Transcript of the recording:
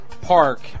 Park